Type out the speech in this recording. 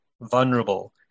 vulnerable